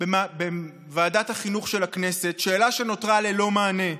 בוועדת החינוך של הכנסת, שאלה שנותרה ללא מענה: